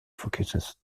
focuses